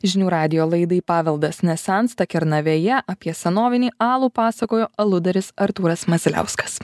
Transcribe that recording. žinių radijo laidai paveldas nesensta kernavėje apie senovinį alų pasakojo aludaris artūras masiliauskas